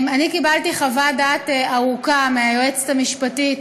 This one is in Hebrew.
קיבלתי חוות דעת ארוכה מהיועצת המשפטית